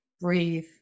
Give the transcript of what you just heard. breathe